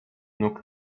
nóg